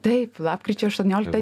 taip lapkričio aštuonioliktą